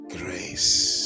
grace